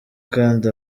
kandi